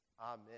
Amen